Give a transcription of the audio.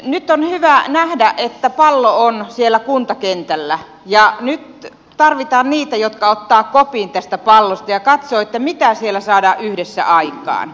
nyt on hyvä nähdä että pallo on siellä kuntakentällä ja nyt tarvitaan niitä jotka ottavat kopin tästä pallosta ja katsovat mitä siellä saadaan yhdessä aikaan